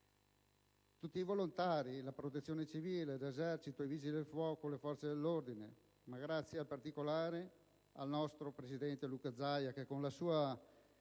tutti i volontari, la Protezione civile, l'Esercito, i Vigili del fuoco, le forze dell'ordine. Un grazie particolare al nostro presidente Luca Zaia che, con la sua